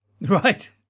Right